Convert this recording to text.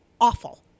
Awful